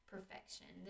perfection